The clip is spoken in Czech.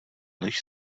lež